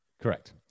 Correct